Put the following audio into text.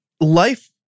life